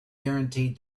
guaranteed